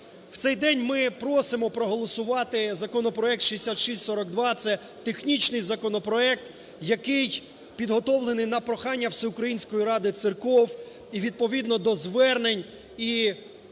В цей день ми просимо проголосувати законопроект 6642 – це технічний законопроект, який підготовлений на прохання Всеукраїнської Ради Церков. І відповідно до звернень і